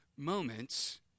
Moments